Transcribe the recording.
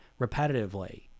repetitively